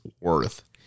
worth